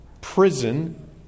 prison